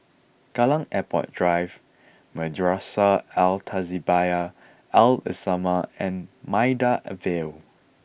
Kallang Airport Drive Madrasah Al Tahzibiah Al islamiah and Maida Vale